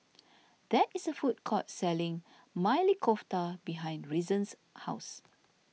there is a food court selling Maili Kofta behind Reason's house